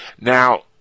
Now